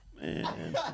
Man